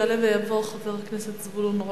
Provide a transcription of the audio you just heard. יעלה ויבוא חבר הכנסת זבולון אורלב,